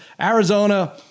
Arizona